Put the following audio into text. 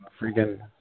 freaking